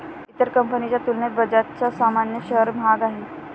इतर कंपनीच्या तुलनेत बजाजचा सामान्य शेअर महाग आहे